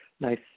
nice